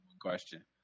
question